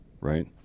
right